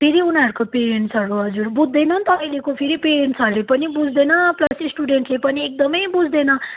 फेरि उनीहरूको पेरेन्ट्सहरू हजुर बुझ्दैन अन्त अहिलेको फेरि पेरेन्ट्सहरूले पनि बुझ्दैन प्लस स्टुडेन्टले पनि एकदम बुझ्दैन